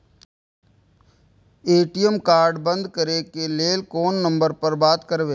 ATM card बंद करे के लेल कोन नंबर पर बात करबे?